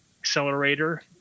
accelerator